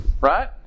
Right